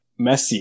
Messi